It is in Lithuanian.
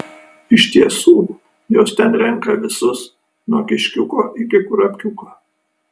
iš tiesų jos ten renka visus nuo kiškiuko iki kurapkiuko